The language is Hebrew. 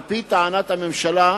על-פי טענת הממשלה,